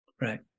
Right